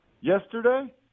yesterday